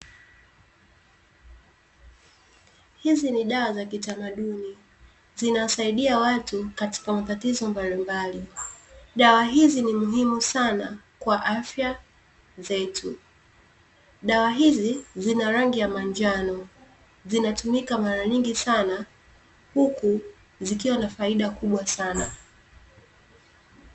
Hizi ni dawa za kitamaduni zinasaidia watu katika matatizo mbalimbali, dawa hizi ni muhimu sana kwa afya zetu dawa hizi zina rangi ya manjano zinatumika mara nyingi sana huku zikiwa na faida kubwa sana.